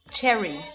Cherry